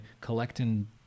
collecting